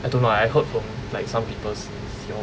I don't know ah I heard from like some people your